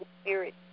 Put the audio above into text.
spirit